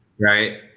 Right